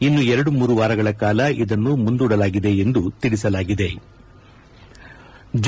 ಇನ್ನು ಎರಡು ಮೂರು ವಾರಗಳ ಕಾಲ ಇದನ್ನು ಮುಂದೂಡಲಾಗಿದೆ ಎಂದು ತಿಳಿಸಲಾಯಿತು